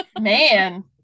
Man